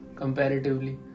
comparatively